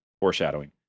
foreshadowing